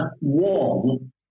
one